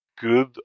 good